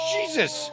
Jesus